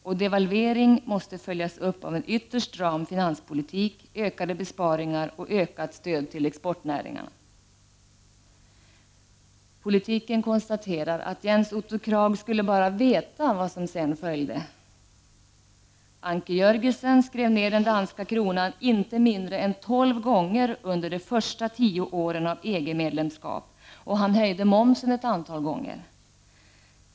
Och devalveringen måste följas upp av en ytterst stram finanspolitik, ökade besparingar och ökat stöd till exportnäringarna ———.” Politiken skriver att Jens Otto Krag skulle bara veta vad som sedan följde. Anker Jörgensen skrev ner den danska kronan inte än mindre än tolv gånger under de första tio åren av EG-medlemskap, och han höjde momsen ett antal gånger.